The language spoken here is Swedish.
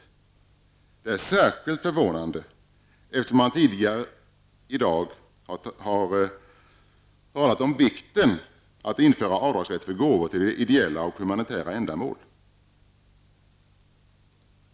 Det är särskilt förvånande eftersom man tidigare i dagens debatt nu talat om vikten av att införa avdragsrätt för gåvor till ideella och humanitära ändamål.